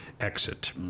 exit